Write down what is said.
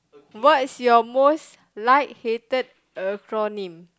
what's your most like hated acronym